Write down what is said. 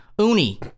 uni